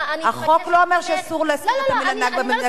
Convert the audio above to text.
החוק לא אומר שאסור להזכיר את המלה "נכבה" במדינת ישראל,